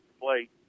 Play